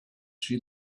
she